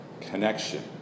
connection